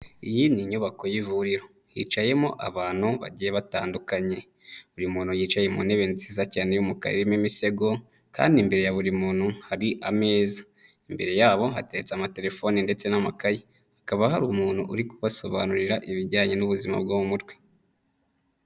Iyi ni inyubako y'ivuriro, hicayemo abantu bagiye batandukanye, buri muntu yicaye mu ntebe nziza cyane irimo imisego kandi imbere ya buri muntu hari ameza, imbere yabo hateretse amatelefoni ndetse n'amakaye, hakaba hari umuntu uri kubasobanurira ibijyanye n'ubuzima bwo mu mutwe.